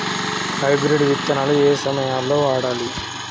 Hybrid విత్తనాలు ఏయే సమయాల్లో వాడాలి?